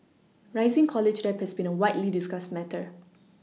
rising college debt has been a widely discussed matter